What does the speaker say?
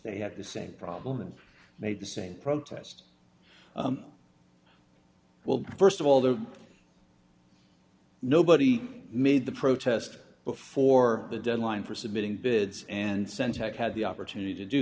they have the same problem and made the same protest well st of all that nobody made the protest before the deadline for submitting bids and centex had the opportunity to do